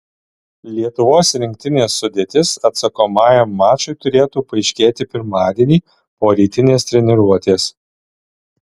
lietuvos rinktinės sudėtis atsakomajam mačui turėtų paaiškėti pirmadienį po rytinės treniruotės